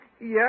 Yes